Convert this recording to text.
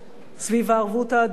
סביב הערבות ההדדית,